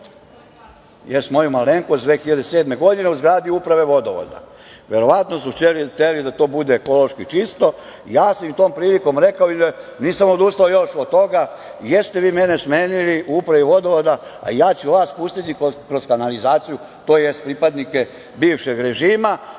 jeste moju malenkost, 2007. godine, u zgradi Uprave vodovoda. Verovatno su hteli da to bude ekološki čisto. Ja sam im tom prilikom rekao, nisam odustao još od toga, jeste vi mene smenili u Upravi vodovoda, a ja ću vas pustiti kroz kanalizaciju, tj. pripadnike bivšeg režima.